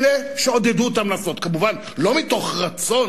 אלה שעודדו אותם לעשות כמובן לא מתוך רצון,